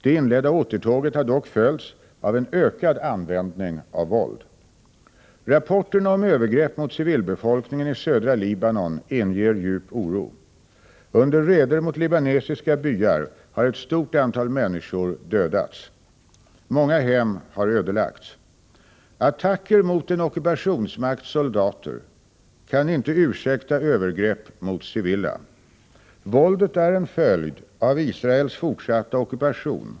Det inledda återtåget har dock följts av en ökad användning av våld. Rapporterna om övergrepp mot civilbefolkningen i södra Libanon inger djup oro. Under raider mot libahesiska byar har ett stort antal människor dödats. Många hem har ödelagts. Attacker mot en ockupationsmakts soldater kan inte ursäkta övergrepp mot civila. Våldet är en följd av Israels fortsatta ockupation.